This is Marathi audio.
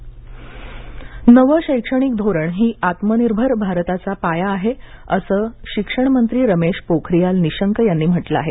शिक्षण मंत्रालय नवं शैक्षणिक धोरण ही आत्मनिर्भर भारताचा पाया आहे असं शिक्षण मंत्री रमेश पोखरियाल निशांक यानी म्हटलं आहे